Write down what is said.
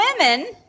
women